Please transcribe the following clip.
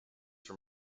from